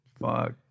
Fuck